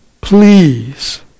please